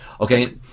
Okay